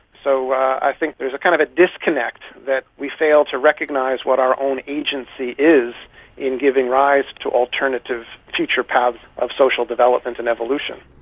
so i think there's kind of a disconnect that we fail to recognise what our own agency is in giving rise to alternative future paths of social development and evolution.